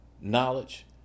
knowledge